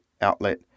outlet